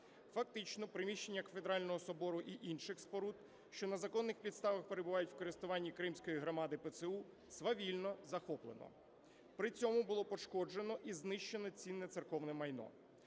Фактично приміщення Кафедрального собору і інших споруд, що на законних підставах перебувають в користуванні кримської громади ПЦУ, свавільно захоплено. При цьому було пошкоджено і знищено цінне церковне майно.